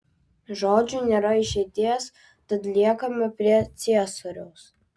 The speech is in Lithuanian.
žodžiu nėra išeities tad liekame prie ciesoriaus